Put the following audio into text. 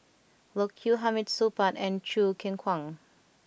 Loke Yew Hamid Supaat and Choo Keng Kwang